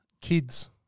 kids